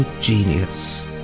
genius